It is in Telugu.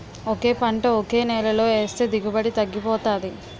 ఒకే పంట ఒకే నేలలో ఏస్తే దిగుబడి తగ్గిపోతాది